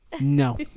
No